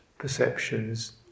perceptions